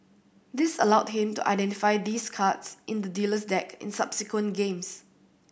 this allowed him to identify these cards in the dealer's deck in subsequent games